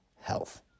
health